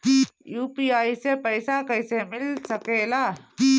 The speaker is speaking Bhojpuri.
यू.पी.आई से पइसा कईसे मिल सके ला?